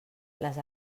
les